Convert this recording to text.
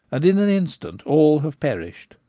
and in an instant all have perished.